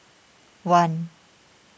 one